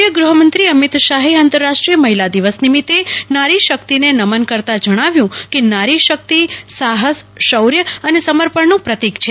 કેન્દ્રિય ગૃહમંત્રી અમિતશાહે આંતરરાષ્ટ્રીય મહિલા દિવસ નિમિત્તે નારી શક્તિને નમન કરતાં જણાવ્યું કે નારી શક્તિ સાહસ શૌર્ય અને સમપર્ણનું પ્રતિક છે